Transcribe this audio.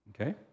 Okay